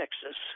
Texas